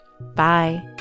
bye